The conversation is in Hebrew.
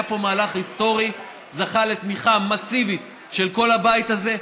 היה פה מהלך היסטורי שזכה לתמיכה מסיבית של כל הבית הזה.